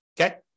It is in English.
okay